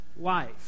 life